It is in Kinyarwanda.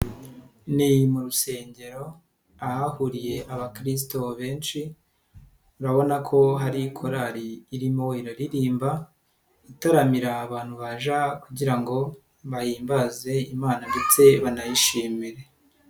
Ni mu rusengero ahahuriye abakrisito benshi, urabona ko hari korali irimo iraririmba itaramira abantu baje kugira ngo bahimbaze Imana ndetse banayishimire.